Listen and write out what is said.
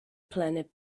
planet